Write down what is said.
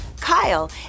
Kyle